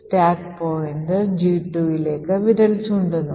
stack pointer G2 ലേക്ക് വിരൽ ചൂണ്ടുന്നു